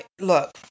look